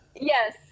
Yes